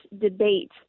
debate